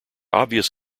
obvious